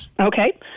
Okay